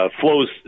Flows